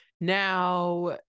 now